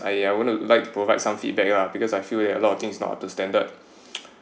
I want to like to provide some feedback lah because I feel that a lot of things is not up to standard